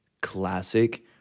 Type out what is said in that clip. classic